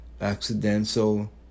accidental